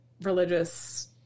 religious